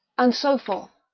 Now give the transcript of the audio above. and so forth,